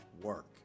work